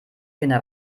kinder